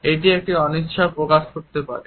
এটি একটি অনিচ্ছাও প্রকাশ করতে পারে